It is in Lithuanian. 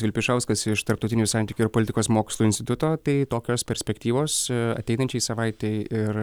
vilpišauskas iš tarptautinių santykių ir politikos mokslų instituto tai tokios perspektyvos ateinančiai savaitei ir